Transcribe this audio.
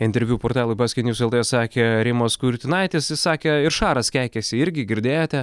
interviu portalui basketnews lt sakė rimas kurtinaitis jis sakė ir šaras keikiasi irgi girdėjote